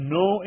no